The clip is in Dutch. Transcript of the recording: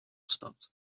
gestapt